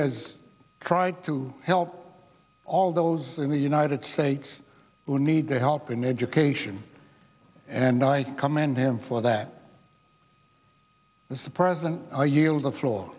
has tried to help all those in the united states who need their help in education and i commend him for that and the president i yield the floor